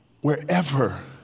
wherever